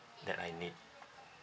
that I need